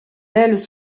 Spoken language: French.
ailes